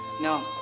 No